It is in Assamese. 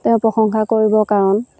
তেওঁৰ প্ৰশংসা কৰিব কাৰণ